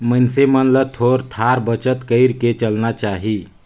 मइनसे मन ल थोर थार बचत कइर के चलना चाही